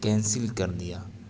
cancel کر دیا